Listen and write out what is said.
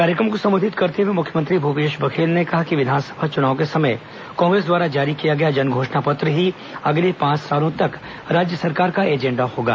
कार्यक्रम को संबोधित करते हुए मुख्यमंत्री भूपेश बघेल ने कहा कि विधानसभा चुनाव के समय कांग्रेस द्वारा जारी किया गया जनघोषणा पत्र ही अगले पांच सालों तक राज्य सरकार का एजेंडा होगा